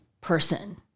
person